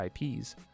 ips